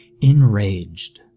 Enraged